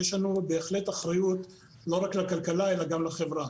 יש לנו בהחלט אחריות לא רק לכלכלה, אלא גם לחברה.